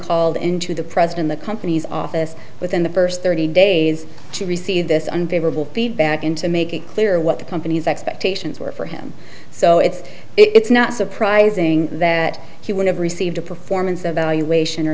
called into the president the company's office within the first thirty days to receive this unfavorable be back in to make it clear what the company's expectations were for him so it's it's not surprising that he would have received a performance evaluation or